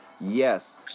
Yes